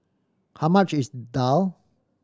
how much is daal